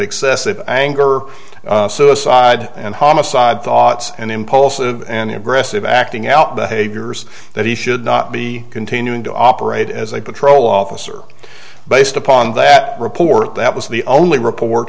excessive anger or suicide and homicide thoughts and impulsive and aggressive acting out behaviors that he should not be continuing to operate as a patrol officer based upon that report that was the only report